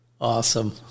Awesome